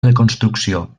reconstrucció